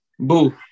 Boo